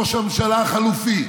ראש הממשלה החלופי,